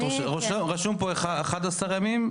רשום פה 11 ימים.